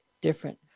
different